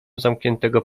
zamkniętego